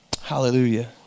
Hallelujah